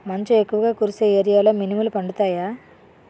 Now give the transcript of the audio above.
మంచు ఎక్కువుగా కురిసే ఏరియాలో మినుములు పండుతాయా?